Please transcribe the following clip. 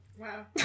Wow